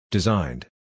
Designed